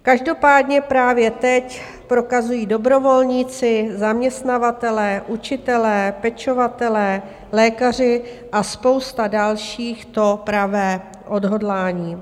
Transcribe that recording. Každopádně právě teď prokazují dobrovolníci, zaměstnavatelé, učitelé, pečovatelé, lékaři a spousta dalších to pravé odhodlání.